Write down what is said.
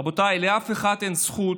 רבותיי, לאף אחד אין זכות